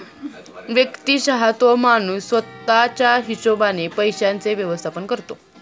व्यक्तिशः तो माणूस स्वतः च्या हिशोबाने पैशांचे व्यवस्थापन करतो